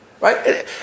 Right